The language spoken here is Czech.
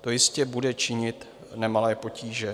To jistě bude činit nemalé potíže.